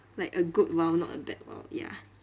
like a good !wow! not a bad !wow! ya